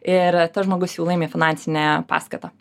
ir tas žmogus jau laimi finansinę paskatą